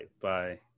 Bye